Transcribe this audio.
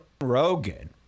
Rogan